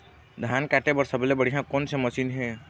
धान काटे बर सबले बढ़िया कोन से मशीन हे?